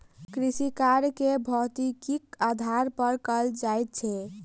कृषिकार्य के भौतिकीक आधार पर कयल जाइत छै